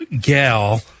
gal